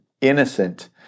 innocent